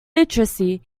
literacy